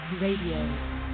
RADIO